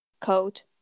coat